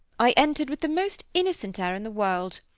i entered with the most innocent air in the world.